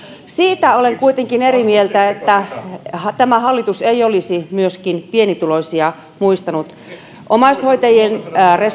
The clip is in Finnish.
siitä olen kuitenkin eri mieltä että tämä hallitus ei olisi myöskin pienituloisia muistanut omaishoitajien